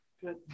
Good